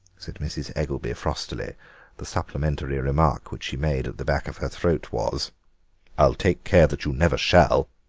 said mrs. eggelby frostily the supplementary remark which she made at the back of her throat was i'll take care that you never shall!